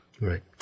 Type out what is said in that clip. Right